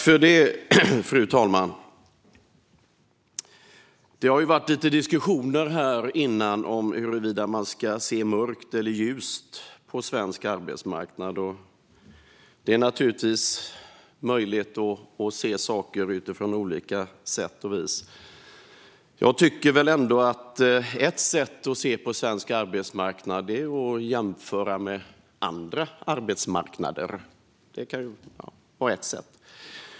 Fru talman! Det har varit lite diskussioner här tidigare huruvida man ska se mörkt eller ljust på svensk arbetsmarknad. Det är naturligtvis möjligt att se saker på olika sätt och vis. Jag tycker att ett sätt att se på svensk arbetsmarknad är att jämföra med andra arbetsmarknader.